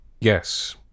Yes